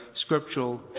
scriptural